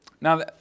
Now